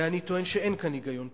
ואני טוען שאין כאן היגיון פנימי.